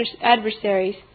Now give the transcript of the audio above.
adversaries